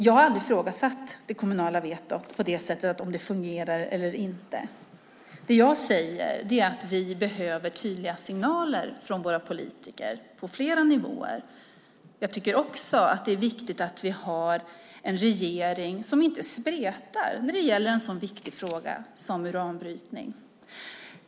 Jag har aldrig ifrågasatt det kommunala vetot och om det fungerar eller inte. Det jag säger är att vi behöver tydliga signaler från våra politiker på flera nivåer. Det är också viktigt att vi har en regering som inte spretar när det gäller en så viktig fråga som uranbrytning.